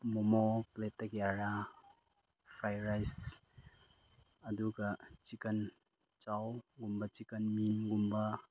ꯃꯣꯃꯣ ꯄ꯭ꯂꯦꯠꯇ ꯀꯌꯥꯔꯥ fried rice ꯑꯗꯨꯒ ꯆꯤꯛꯀꯟ ꯆꯧꯒꯨꯝꯕ ꯆꯤꯛꯀꯟ ꯃꯤꯝꯒꯨꯕ